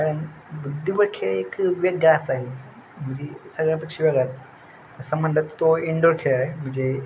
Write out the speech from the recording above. कारण बुद्धिबळ खेळ एक वेगळाच आहे म्हणजे सगळ्यापेक्षा वेगळाच तसं म्हणलं तर तो इनडोअर खेळ आहे म्हणजे